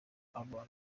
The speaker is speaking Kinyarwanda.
abantu